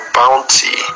bounty